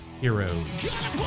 Heroes